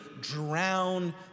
drown